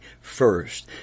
first